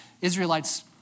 Israelites